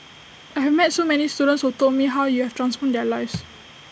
I have met so many students who told me how you have transformed their lives